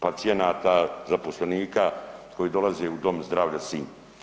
pacijenata, zaposlenika koji dolaze u Dom zdravlja Sinj.